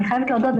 אני חייבת להודות.